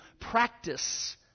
practice